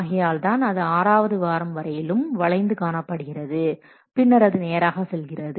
ஆகையால்தான் அது ஆறாவது வாரம் வரையிலும் வளைந்து காணப்படுகிறது பின்னர் அது நேராக செல்கிறது